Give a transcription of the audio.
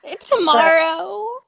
Tomorrow